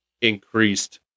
increased